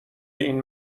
این